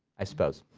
i suppose.